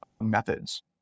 methods